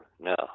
no